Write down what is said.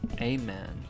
Amen